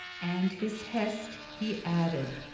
and his hest he added,